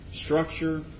structure